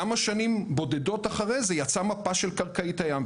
כמה שנים בודדות אחרי זה יצאה מפה של קרקעית הים,